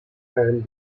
and